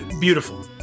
beautiful